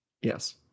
Yes